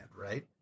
right